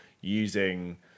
using